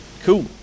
cool